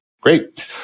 Great